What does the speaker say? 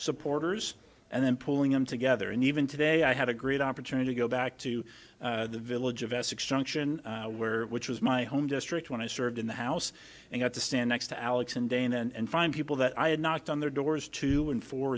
supporters and then pulling them together and even today i had a great opportunity to go back to the village of essex junction where which was my home district when i served in the house and got to stand next to alex and dana and find people that i had knocked on their doors two and four